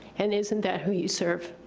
and isn't that who you serve?